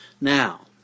Now